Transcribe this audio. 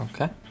Okay